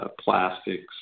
plastics